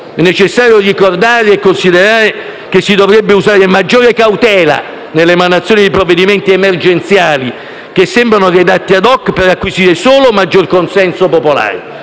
È necessario ricordare e considerare che si dovrebbe usare maggiore cautela nell'emanazione di provvedimenti emergenziali che sembrano redatti *ad hoc* per acquisire solo maggior consenso popolare.